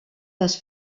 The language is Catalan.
les